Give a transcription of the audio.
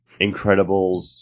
Incredibles